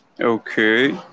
Okay